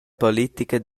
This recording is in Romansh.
politica